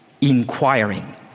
inquiring